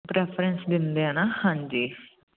reference ਦਿੰਦੇ ਹਾਂ ਨਾ ਹਾਂਜੀ